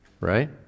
Right